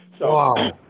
Wow